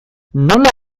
nola